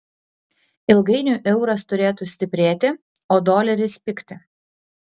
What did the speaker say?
ilgainiui euras turėtų stiprėti o doleris pigti